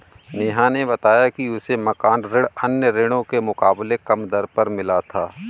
नेहा ने बताया कि उसे मकान ऋण अन्य ऋणों के मुकाबले कम दर पर मिला था